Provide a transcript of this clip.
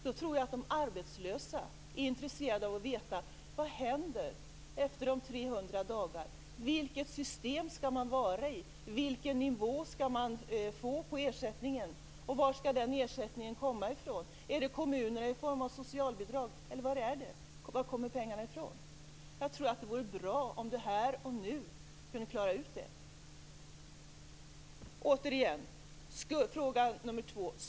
Då tror jag att de arbetslösa är intresserade av att veta vad som händer efter de 300 dagarna. Vilket system skall man vara i? Vilken nivå skall man få på ersättningen, och var skall den ersättningen komma ifrån? Är det från kommunerna i form av socialbidrag, eller var kommer pengarna ifrån? Jag tror att det vore bra om Per Unckel kunde klara ut det här och nu. Sedan var det den andra frågan.